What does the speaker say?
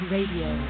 Radio